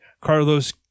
Carlos